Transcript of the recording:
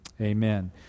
Amen